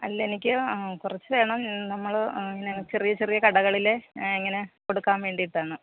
അല്ല എനിക്ക് കുറച്ച് വേണം നമ്മൾ ചെറിയ ചെറിയ കടകളിലെ ഇങ്ങനെ കൊടുക്കാൻ വേണ്ടീട്ടാണ്